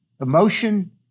emotion